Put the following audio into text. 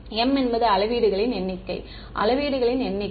m என்பது அளவீடுகளின் எண்ணிக்கை மாணவர் அளவீடுகளின் எண்ணிக்கை